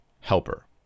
helper